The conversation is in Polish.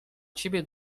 ciebie